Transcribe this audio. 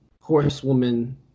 horsewoman